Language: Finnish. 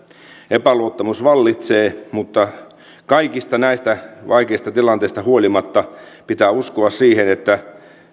epäluottamus vallitsee mutta kaikista näistä vaikeista tilanteista huolimatta pitää uskoa siihen että